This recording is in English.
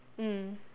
mm